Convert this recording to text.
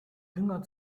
dünger